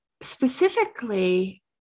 specifically